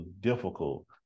difficult